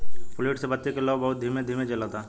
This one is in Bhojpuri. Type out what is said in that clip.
फ्लूइड से बत्ती के लौं बहुत ही धीमे धीमे जलता